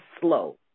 slow